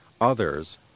others